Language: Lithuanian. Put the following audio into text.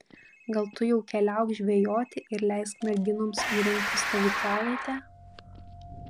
gal tu jau keliauk žvejoti ir leisk merginoms įrengti stovyklavietę